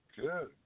good